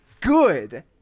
good